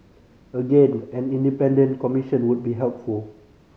again an independent commission would be helpful